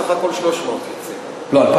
יוצא בסך הכול 300,000. לא.